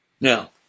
Now